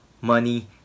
money